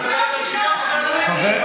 אז היא מדברת על שוויון.